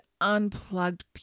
unplugged